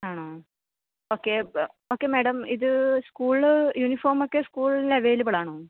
ആണോ okay okay madam ഇത് സ്കൂളിൽ യൂണിഫോം ഒക്കെ സ്കൂളിൽ അവൈലബിൾ ആണോ